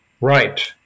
Right